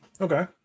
okay